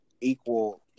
equal